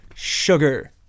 Sugar